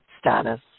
status